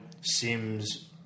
Sims